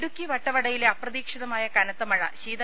ഇടുക്കി വട്ടവടയിലെ അപ്രതീക്ഷിതമായ കനത്ത മൃഴ ശീത